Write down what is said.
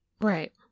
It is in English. right